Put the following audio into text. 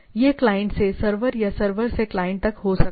यह क्लाइंट से सर्वर या सर्वर से क्लाइंट तक हो सकता है